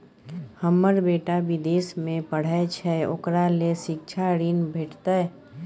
हमर बेटा विदेश में पढै छै ओकरा ले शिक्षा ऋण भेटतै?